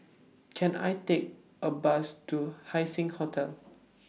Can I Take A Bus to Haising Hotel